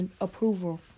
approval